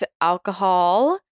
alcohol